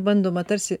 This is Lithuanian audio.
bandoma tarsi